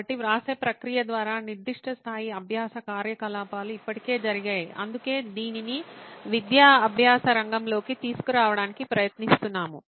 కాబట్టి వ్రాసే ప్రక్రియ ద్వారా నిర్దిష్ట స్థాయి అభ్యాస కార్యకలాపాలు ఇప్పటికే జరిగాయి అందుకే దీనిని విద్యా అభ్యాస రంగంలోకి తీసుకురావడానికి ప్రయత్నిస్తున్నాము